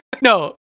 No